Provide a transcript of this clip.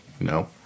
No